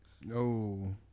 No